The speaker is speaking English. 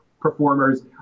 performers